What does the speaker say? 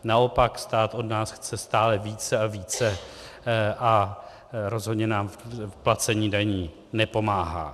Naopak stát od nás chce stále více a více a rozhodně nám v placení daní nepomáhá.